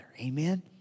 Amen